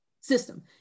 system